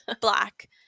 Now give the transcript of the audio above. black